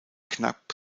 knapp